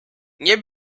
nie